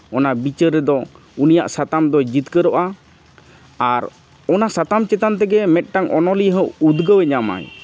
ᱚᱱᱟ ᱵᱤᱪᱟᱹᱨ ᱨᱮᱫᱚ ᱩᱱᱤᱭᱟᱜ ᱥᱟᱛᱟᱢ ᱫᱚ ᱡᱤᱛᱠᱟᱹᱨᱚᱜᱼᱟ ᱟᱨ ᱚᱱᱟ ᱥᱟᱛᱟᱢ ᱪᱮᱛᱟᱱ ᱛᱮᱜᱮ ᱢᱤᱫᱴᱟᱱ ᱚᱱᱚᱞᱤᱭᱟᱹ ᱦᱚᱸ ᱩᱫᱽᱜᱟᱹᱣ ᱮ ᱧᱟᱢ ᱟᱭ